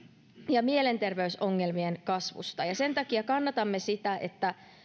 ja mielenterveysongelmien kasvusta ja sen takia kannatamme sitä että